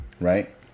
right